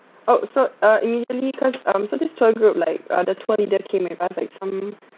oh so uh initially cause um so this tour group like uh the tour leader team with us like some